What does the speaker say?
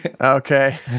Okay